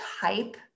hype